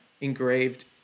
engraved